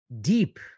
deep